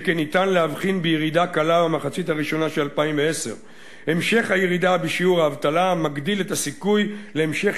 שכן ניתן להבחין בירידה קלה במחצית הראשונה של 2010. המשך הירידה בשיעור האבטלה מגדיל את הסיכוי להמשך